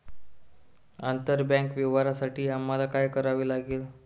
आंतरबँक व्यवहारांसाठी आम्हाला काय करावे लागेल?